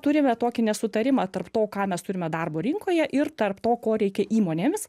turime tokį nesutarimą tarp to ką mes turime darbo rinkoje ir tarp to ko reikia įmonėmis